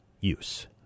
use